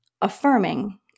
Affirming